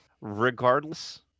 regardless